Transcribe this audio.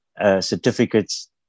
certificates